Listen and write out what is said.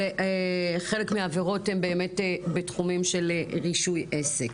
חלק מהעבירות הן באמת בתחומים של רישוי עסק.